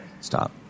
Stop